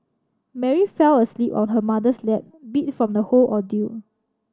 Mary fell asleep on her mother's lap beat from the whole ordeal